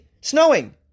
Snowing